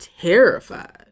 terrified